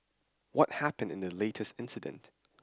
what happened in the latest incident